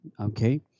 okay